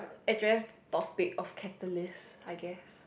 address the topic of catalyst I guess